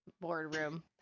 boardroom